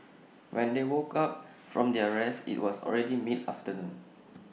when they woke up from their rest IT was already mid afternoon